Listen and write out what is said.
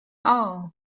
all